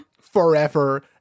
forever